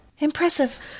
impressive